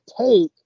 take